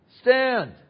Stand